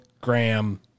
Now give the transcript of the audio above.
Graham